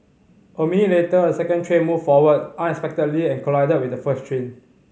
a minute later and second train moved forward unexpectedly and collided with the first train